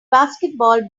basketball